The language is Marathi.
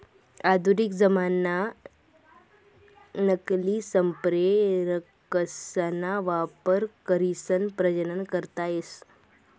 आधुनिक जमानाम्हा नकली संप्रेरकसना वापर करीसन प्रजनन करता येस